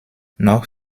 noch